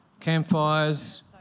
campfires